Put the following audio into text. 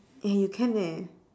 you can